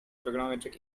trigonometric